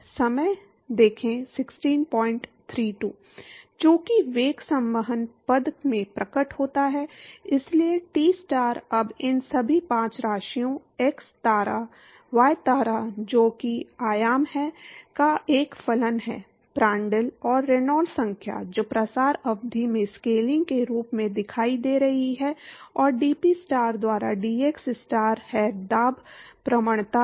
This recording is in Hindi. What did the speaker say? चूँकि वेग संवहन पद में प्रकट होता है इसलिए Tstar अब इन सभी पाँच राशियों x तारा y तारा जो कि आयाम है का एक फलन है Prandtl और Reynolds संख्या जो प्रसार अवधि में स्केलिंग के रूप में दिखाई दे रही है और dPstar द्वारा dxstar हैं दाब प्रवणता है